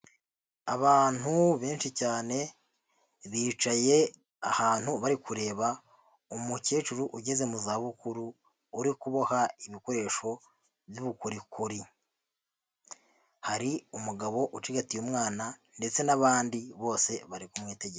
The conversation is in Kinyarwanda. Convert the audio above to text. Abantu benshi cyane bicaye ahantu bari kureba umukecuru ugeze mu zabukuru uri kuboha ibikoresho by'ubukorikori, hari umugabo ucigatiye umwana ndetse n'abandi bose bari kumwitegereza.